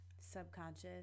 Subconscious